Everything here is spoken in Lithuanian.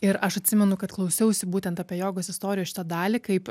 ir aš atsimenu kad klausiausi būtent apie jogos istoriją šitą dalį kaip